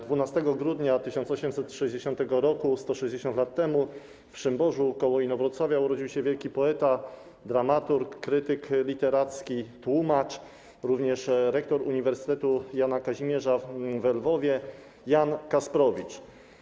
12 grudnia 1860 r., 160 lat temu, w Szymborzu koło Inowrocławia urodził się wielki poeta, dramaturg, krytyk literacki, tłumacz, również rektor Uniwersytetu Jana Kazimierza we Lwowie - Jan Kasprowicz.